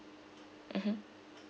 mmhmm